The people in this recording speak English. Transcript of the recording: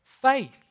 Faith